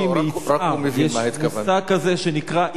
יש מושג כזה שנקרא "יצהר".